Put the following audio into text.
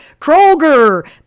Kroger